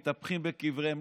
מתהפכים בקבריהם,